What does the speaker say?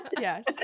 Yes